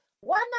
one